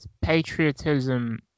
patriotism